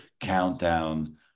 Countdown